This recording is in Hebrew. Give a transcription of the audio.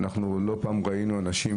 לא פעם ראינו אנשים